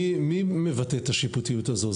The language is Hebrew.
מי מבטא את השיפוטיות הזאת?